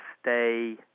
stay